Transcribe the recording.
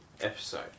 episode